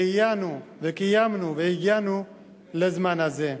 "שהחיינו וקיימנו והגיענו לזמן הזה".